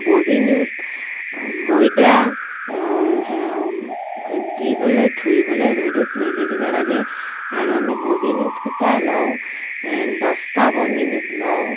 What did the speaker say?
ববিনত ময়দা দি পেলাই ধুই পেলাই ৰ'দত মেলি দিব লাগে আৰু আমি ববিনত সূতা লওঁ দহটা ববিনত লওঁ